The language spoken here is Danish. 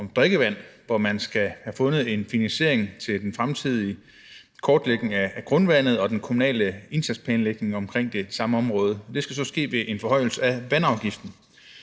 om drikkevand, hvor man skal finde finansieringen til den fremtidige kortlægning af grundvand og den kommunale indsatsplanlægning omkring det samme område. Det skal så ske ved en forhøjelse af vandafgiften.